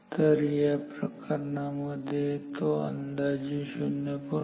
तर या प्रकरणांमध्ये तो अंदाजे 0